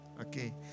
Okay